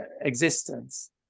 existence